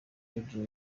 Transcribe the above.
judi